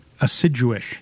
Assiduous